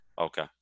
Okay